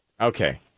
Okay